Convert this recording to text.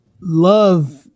love